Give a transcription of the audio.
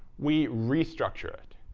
we restructure it.